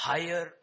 Higher